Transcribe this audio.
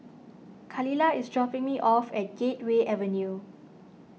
Khalilah is dropping me off at Gateway Avenue